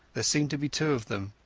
there seemed to be two of them,